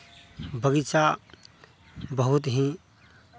बगीचा बहुत ही